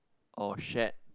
or shared